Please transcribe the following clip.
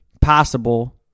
possible